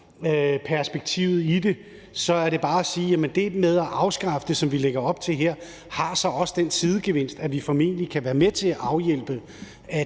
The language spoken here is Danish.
modregningsperspektivet i det, vil jeg bare sige, at det med at afskaffe det, som vi lægger op til i det her, så også har den sidegevinst, at vi formentlig kan være med til at afhjælpe